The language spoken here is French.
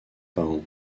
parents